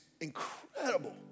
incredible